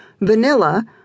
vanilla